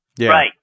Right